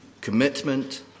commitment